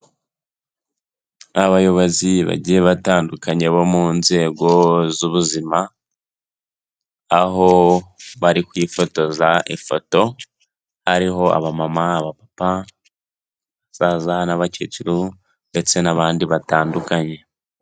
Abayobozi bagiye batandukanye bo mu nzego z'ubuzima, aho bari kwifotoza ifoto, hariho abamama, abapapa, abasaza n'abakecuru ndetse n'abandi batandukanye.